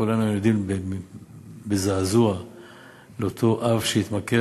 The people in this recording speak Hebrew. כולנו היינו עדים בזעזוע למקרה של אותו אב שהתמכר